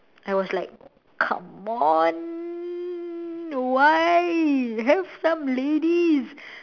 I was like come on why have some ladies